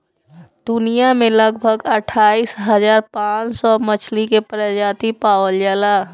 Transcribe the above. दुनिया में लगभग अट्ठाईस हज़ार पाँच सौ मछरी के प्रजाति पावल जाला